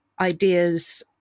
ideas